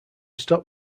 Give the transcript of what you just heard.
stop